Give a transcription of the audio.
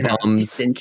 bums